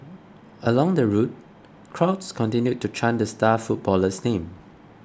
along the route crowds continued to chant the star footballer's name